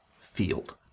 field